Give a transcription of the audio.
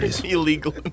Illegal